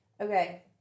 Okay